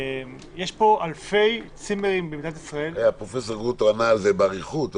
יש פה אלפי צימרים במדינת ישראל --- פרופ' גרוטו ענה על זה באריכות.